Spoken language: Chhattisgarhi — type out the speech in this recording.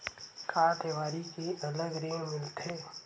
का देवारी के अलग ऋण मिलथे?